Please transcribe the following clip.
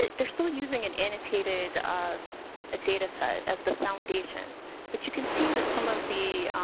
they're still using an annotated ah data set as the foundation but you can see that some of the,